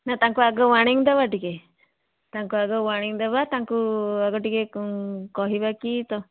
ନା ତାଙ୍କୁ ଆଗ ୱାର୍ଣ୍ଣିଙ୍ଗ ଦେବା ଟିକେ ତାଙ୍କୁ ଆଗ ୱାର୍ଣ୍ଣିଙ୍ଗ ଦେବା ତାଙ୍କୁ ଆଗ ଟିକେ କହିବା କି ତ